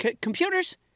computers